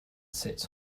sits